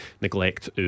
neglect